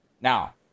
Now